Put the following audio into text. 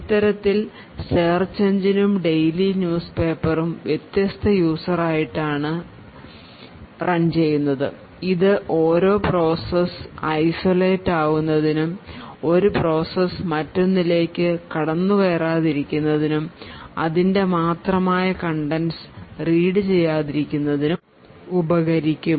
ഇത്തരത്തിൽ സേർച്ച് എഞ്ചിനും daily news paper ഉം വ്യത്യസ്ത യൂസർ ആയിട്ട് റൺ ചെയ്യും ഇത് ഓരോ പ്രോസസ് ഐസൊലേറ്റഡ് ആവുന്നതിനും ഒരു പ്രോസസ് മറ്റൊന്നിലേക്ക് കടന്നു കയറാതെ ഇരിക്കുന്നതിനും അതിൻറെ മാത്രമായ കണ്ടെന്റ് റീഡ് ചെയ്യാതിരിക്കാനും ഉപകരിക്കും